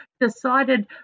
decided